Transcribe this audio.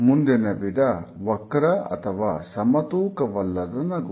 ಮುಂದಿನ ವಿಧ ವಕ್ರ ಅಥವಾ ಸಮತೂಕ ವಲ್ಲದ ನಗು